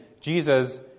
Jesus